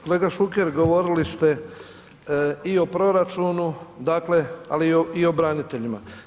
Kolega Šuker, govorili ste i o proračunu dakle ali i o braniteljima.